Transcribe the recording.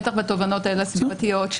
בטח בתובענות האלה הסביבתיות,